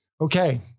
okay